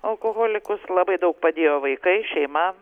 alkoholikus labai daug padėjo vaikai šeima